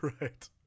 right